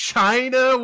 China